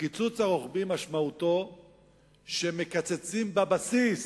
הקיצוץ הרוחבי משמעותו שמקצצים בבסיס